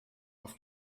auf